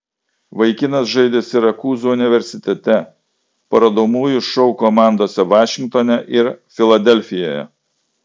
vaikinas žaidė sirakūzų universitete parodomųjų šou komandose vašingtone ir filadelfijoje